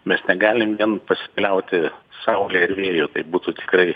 mes negalim vien pasikliauti saue ir vėju tai būtų tikrai